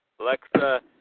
Alexa